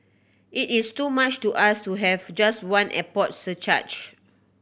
it is too much to ask to have just one airport surcharge